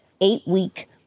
eight-week